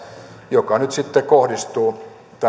joka nyt sitten kohdistuu